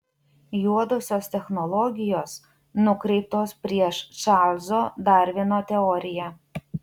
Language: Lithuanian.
juodosios technologijos nukreiptos prieš čarlzo darvino teoriją